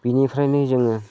बेनिफ्रायनो जोङो